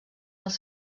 els